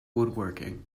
woodworking